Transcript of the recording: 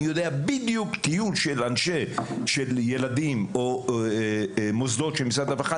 אני יודע בדיוק מה צריך לעשות בטיול של ילדים או של מוסדות משרד הרווחה.